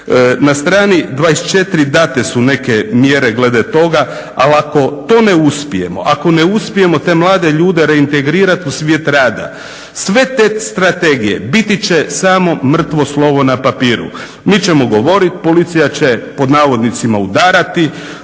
Na strani 24. date su neke mjere glede toga, ali ako to ne uspijemo, ako ne uspijemo te mlade ljude reintegrirati u svijet rada sve te strategije biti će samo mrtvo slovo na papiru. Mi ćemo govoriti, Policija će pod navodnicima "udarati",